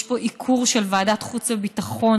יש פה עיקור של ועדת חוץ וביטחון,